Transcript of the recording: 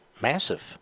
massive